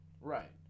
Right